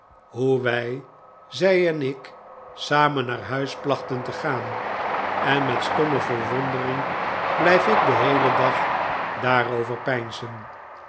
hoe wij zij en ik samen naar huis plachten te gaan en met stomme verwondering blijf ik den heelen dag daarover peinzen